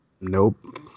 Nope